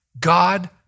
God